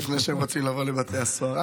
לפני שהם רוצים לבוא לבתי הסוהר.